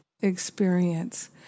experience